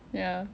ya